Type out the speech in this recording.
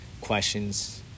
questions